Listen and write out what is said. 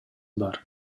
бар